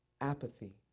Apathy